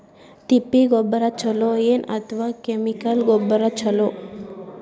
ತಿಪ್ಪಿ ಗೊಬ್ಬರ ಛಲೋ ಏನ್ ಅಥವಾ ಕೆಮಿಕಲ್ ಗೊಬ್ಬರ ಛಲೋ?